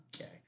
Okay